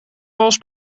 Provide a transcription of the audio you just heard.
vals